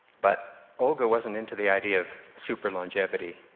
but olga wasn't into the idea of super-longevity,